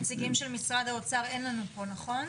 נציגים של משרד האוצר אין לנו פה נכון.